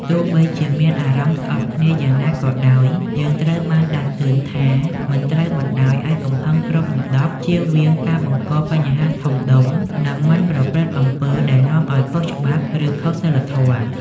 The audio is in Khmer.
ទោះបីជាមានអារម្មណ៍ស្អប់គ្នាយ៉ាងណាក៏ដោយ យើងត្រូវបានដាស់តឿនថា មិនត្រូវបណ្តោយឲ្យកំហឹងគ្របដណ្ដប់ ជៀសវាងការបង្កបញ្ហាធំដុំ និងមិនប្រព្រឹត្តអំពើដែលនាំឲ្យខុសច្បាប់ ឬខុសសីលធម៌។